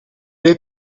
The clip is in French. est